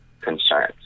concerns